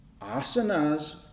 Asanas